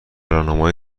راهنمای